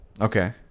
Okay